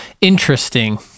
interesting